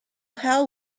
how